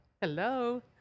Hello